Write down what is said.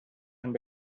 and